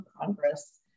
congress